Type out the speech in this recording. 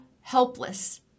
helpless